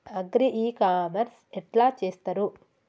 Agri e commerce ఎట్ల చేస్తరు?